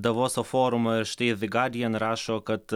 davoso forumą ir štai the guardian rašo kad